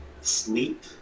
sleep